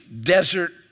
desert